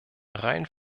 rein